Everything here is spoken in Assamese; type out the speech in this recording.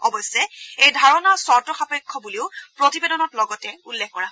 অৱশ্যে এই ধাৰণা চৰ্ত সাপেক্ষ বুলিও প্ৰতিবেদনত লগতে উল্লেখ কৰা হৈছে